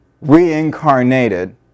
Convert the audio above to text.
reincarnated